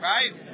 Right